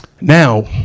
Now